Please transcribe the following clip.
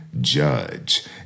Judge